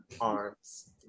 Arms